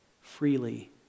Freely